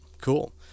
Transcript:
cool